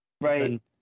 Right